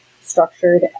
structured